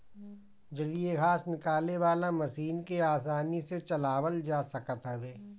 जलीय घास निकाले वाला मशीन के आसानी से चलावल जा सकत हवे